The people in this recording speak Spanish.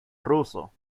ruso